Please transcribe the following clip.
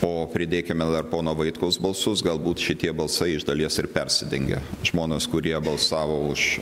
o pridėkime dar pono vaitkaus balsus galbūt šitie balsai iš dalies ir persidengia žmonės kurie balsavo už